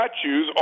statues